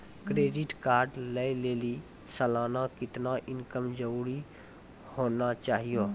Credit card लय लेली सालाना कितना इनकम जरूरी होना चहियों?